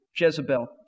Jezebel